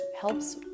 helps